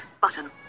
button